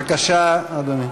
בבקשה, אדוני.